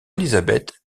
elisabeth